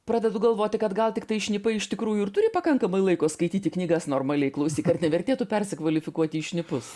pradedu galvoti kad gal tiktai šnipai iš tikrųjų ir turi pakankamai laiko skaityti knygas normaliai klausyk ar nevertėtų persikvalifikuoti į šnipus